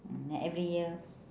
mm then every year